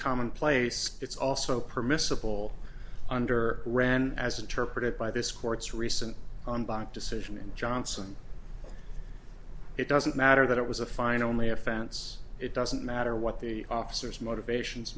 commonplace it's also permissible under rand as interpreted by this court's recent decision in johnson it doesn't matter that it was a fine only offense it doesn't matter what the officers motivations